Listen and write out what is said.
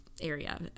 area